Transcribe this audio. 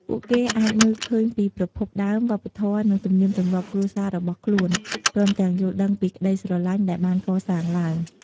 ពួកគេអាចមើលឃើញពីប្រភពដើម វប្បធម៌ និងទំនៀមទម្លាប់គ្រួសាររបស់ខ្លួន ព្រមទាំងយល់ដឹងពីក្តីស្រឡាញ់ដែលបានកសាងឡើង។